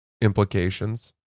implications